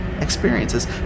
experiences